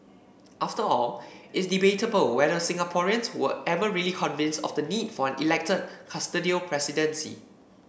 after all it's debatable whether Singaporeans were ever really convinced of the need for an elected custodial presidency